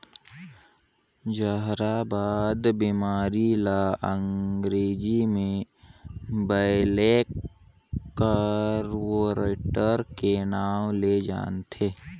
जहरबाद बेमारी ल अंगरेजी में ब्लैक क्वार्टर के नांव ले जानथे